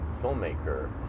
filmmaker